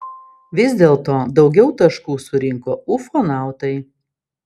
vis dėlto daugiau taškų surinko ufonautai